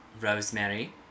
rosemary